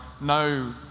No